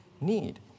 need